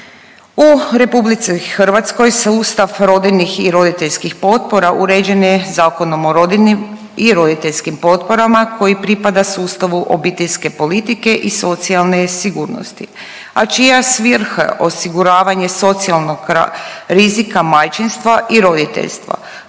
U RH sustav rodiljnih i roditeljskih potpora uređen je Zakonom o rodiljnim i roditeljskim potporama koji pripada sustavu obiteljske politike i socijalne sigurnosti, a čija svrha osiguravanje socijalnog rizika majčinstva i roditeljstva,